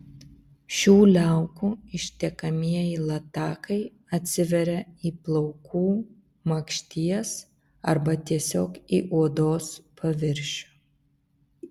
šių liaukų ištekamieji latakai atsiveria į plaukų makšties arba tiesiog į odos paviršių